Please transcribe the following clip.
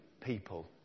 people